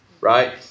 right